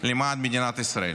למען מדינת ישראל.